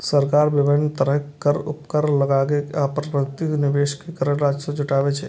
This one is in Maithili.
सरकार विभिन्न तरहक कर, उपकर लगाके आ परिसंपत्तिक विनिवेश कैर के राजस्व जुटाबै छै